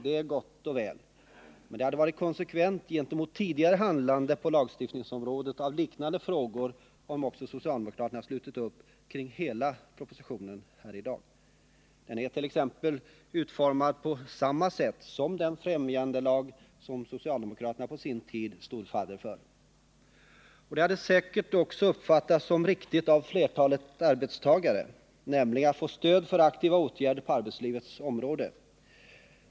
Det är gott och väl. Men det hade varit konsekvent gentemot tidigare handlande på lagstiftningsområdet i liknande frågor om socialdemokraterna slutit upp kring hela propositionen här i dag denärt.ex. utformad på samma sätt som den främjandelag som socialdemokraterna på sin tid stod fadder för. Och det hade säkert också uppfattats som riktigt av flertalet arbetstagare, nämligen att få stöd för aktiva åtgärder på arbetslivets område.